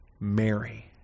Mary